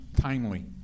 timely